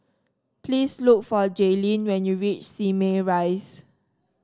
please look for Jailene when you reach Simei Rise